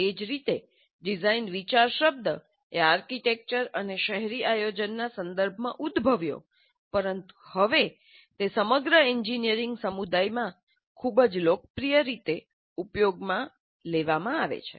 એ જ રીતે ડિઝાઇન વિચાર શબ્દ એ આર્કિટેક્ચર અને શહેરી આયોજનના સંદર્ભમાં ઉદ્ભવ્યો પરંતુ હવે તે સમગ્ર એન્જિનિયરિંગ સમુદાયમાં ખૂબ જ લોકપ્રિય રીતે ઉપયોગમાં લેવામાં આવે છે